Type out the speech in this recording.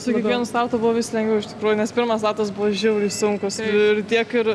su kiekvienu startu buvo vis lengviau iš tikrųjų nes pirmas ratas buvo žiauriai sunkus ir tiek ir